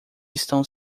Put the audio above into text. estão